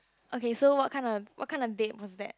okay so what kind of what kind of date was that